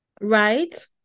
right